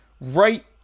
right